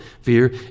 fear